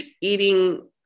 eating